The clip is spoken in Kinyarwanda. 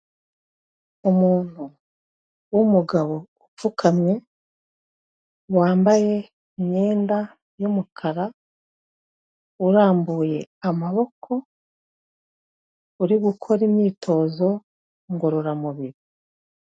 Umuntu w'umugabo upfukamye wambaye imyenda y'umukara urambuye amaboko, uri gukora imyitozo ngororamubiri.